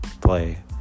play